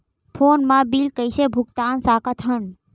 Phone मा bill कइसे भुक्तान साकत हन?